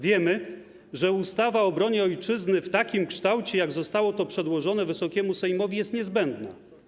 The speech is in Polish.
Wiemy, że ustawa o obronie Ojczyzny w takim kształcie, w jakim została przedłożona Wysokiemu Sejmowi, jest niezbędna.